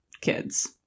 kids